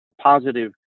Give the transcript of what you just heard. positive